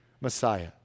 Messiah